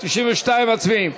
92, מצביעים.